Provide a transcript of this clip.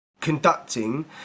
conducting